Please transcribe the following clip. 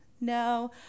No